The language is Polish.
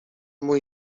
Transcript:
mój